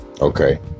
Okay